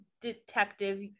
detective